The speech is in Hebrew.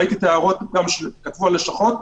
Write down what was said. ראיתי את ההערות שכתבו הלשכות,